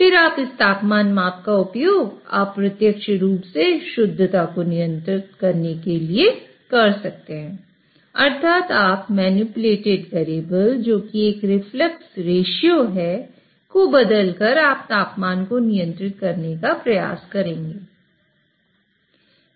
फिर आप इस तापमान माप का उपयोग अप्रत्यक्ष रूप से शुद्धता को नियंत्रित करने के लिए कर सकते हैं अर्थात आप मैनिपुलेटेड वेरिएबल है को बदलकर इस तापमान को नियंत्रित करने का प्रयास करेंगे